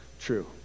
true